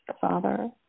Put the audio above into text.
Father